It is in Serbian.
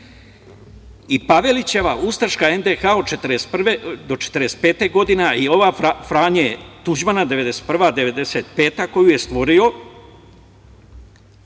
i Pavelićeva ustaška NDH 1941. do 1945. godina i ove Franje Tuđmana 1991. do 1995. godina, koju je stvorio,